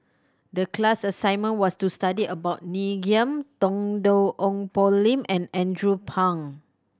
the class assignment was to study about Ngiam Tong Dow Ong Poh Lim and Andrew Phang